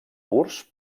purs